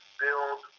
build